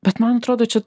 bet man atrodo čia